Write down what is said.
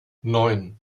neun